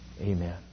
Amen